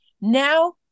now